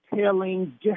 telling